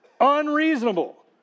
unreasonable